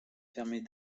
permet